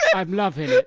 i'm loving